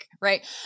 right